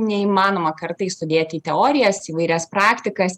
neįmanoma kartais sudėti į teorijas įvairias praktikas